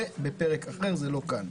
זה לפרק אחר ולא כאן.